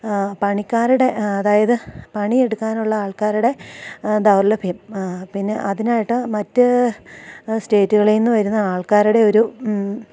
പണിക്കാരുടെ അതായത് പണിയെടുക്കാനുള്ള ആൾക്കാരുടെ ദൗർലഭ്യം പിന്നെ അതിനായിട്ട് മറ്റ് സ്റ്റേറ്റുകളിൽ നിന്നു വരുന്ന ആൾക്കാരുടെ ഒരു